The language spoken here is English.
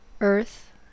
Earth